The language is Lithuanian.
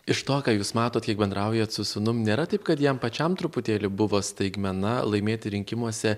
iš to ką jūs matot kiek bendraujat su sūnum nėra taip kad jam pačiam truputėlį buvo staigmena laimėti rinkimuose